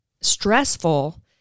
stressful